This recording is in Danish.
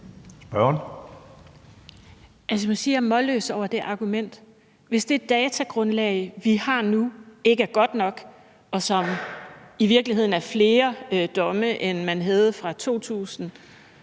er målløs over det argument, altså hvis det datagrundlag, vi har nu, ikke er godt nok, og hvor det i virkeligheden omfatter flere domme, end man havde fra 2000